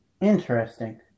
Interesting